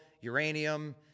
uranium